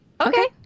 Okay